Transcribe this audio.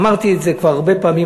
אמרתי את זה כבר הרבה פעמים,